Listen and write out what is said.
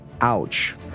ouch